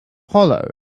hollow